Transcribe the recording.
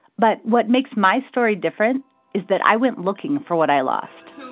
but what makes my story different is that i went looking for what i lost.